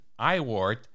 Iwart